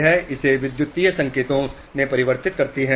यह इसे विद्युत संकेतों में परिवर्तित करता है